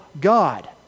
God